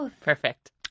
perfect